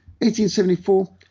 1874